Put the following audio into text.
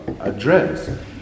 address